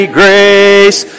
grace